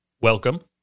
Welcome